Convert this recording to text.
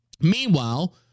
Meanwhile